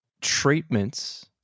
treatments